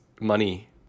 money